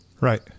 Right